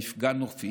מפגע נופי,